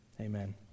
Amen